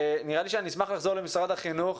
נראה לי שאשמח לחזור למשרד החינוך